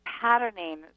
patterning